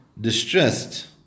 distressed